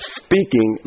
speaking